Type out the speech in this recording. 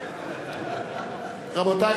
רבותי,